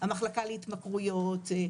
המחלקה להתמכרויות,